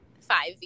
five